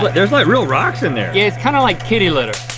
but there's like real rocks in there. it's kinda like kitty litter.